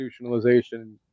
institutionalization